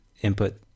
input